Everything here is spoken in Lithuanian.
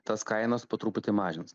tas kainas po truputį mažins